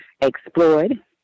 explored